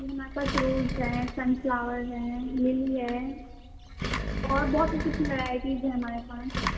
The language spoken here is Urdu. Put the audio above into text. جی ہمارے پاس روز ہیں سن فلاورز ہیں لیلی ہیں اور بہت سی اچھی اچھی ویرائٹیز ہیں ہمارے پاس